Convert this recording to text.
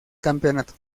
campeonato